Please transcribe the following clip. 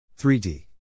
3D